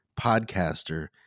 podcaster